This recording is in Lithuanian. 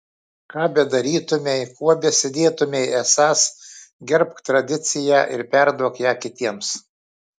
ką bedarytumei kuo besidėtumei esąs gerbk tradiciją ir perduok ją kitiems